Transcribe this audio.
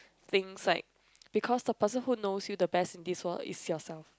things like because the person knows you the best is yourself